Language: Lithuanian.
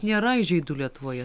nėra įžeidu lietuvoje